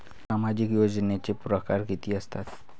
सामाजिक योजनेचे परकार कितीक असतात?